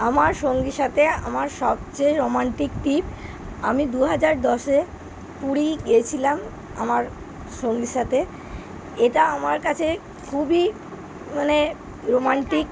আমার সঙ্গীর সাথে আমার সবচেয়ে রোমান্টিক ট্রিপ আমি দুহাজার দশে পুরী গিয়েছিলাম আমার সঙ্গীর সাথে এটা আমার কাছে খুবই মানে রোমান্টিক